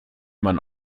man